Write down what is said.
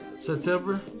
September